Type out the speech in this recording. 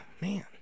Man